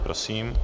Prosím.